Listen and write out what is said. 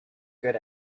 good